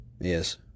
Yes